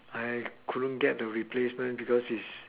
I couldn't get the replacement because it's